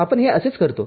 आपण हे असेच करतो